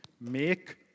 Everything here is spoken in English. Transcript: make